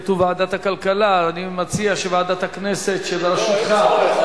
לתיקון פקודת הנמלים (סייג לאחריות סוכן מכס),